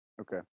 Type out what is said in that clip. Okay